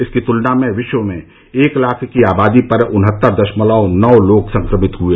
इसकी तुलना में विश्व में एक लाख की आबादी पर उनहत्तर दशमलव नौ लोग संक्रमित हुए